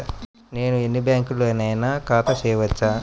నేను ఎన్ని బ్యాంకులలోనైనా ఖాతా చేయవచ్చా?